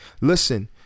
Listen